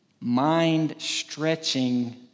mind-stretching